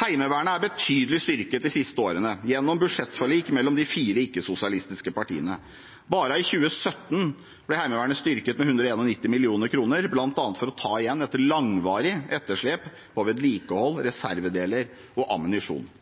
Heimevernet er betydelig styrket de siste årene gjennom budsjettforlik mellom de fire ikke-sosialistiske partiene. Bare i 2017 ble Heimevernet styrket med 191 mill. kr, bl.a. for å ta igjen et langvarig etterslep på vedlikehold, reservedeler og ammunisjon.